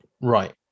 right